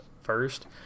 first